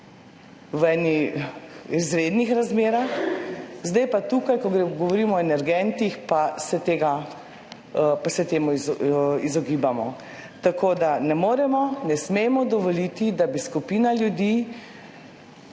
v izrednih razmerah, zdaj pa se tukaj, ko govorimo o energentih, temu izogibamo. Ne moremo, ne smemo dovoliti, da bi skupina ljudi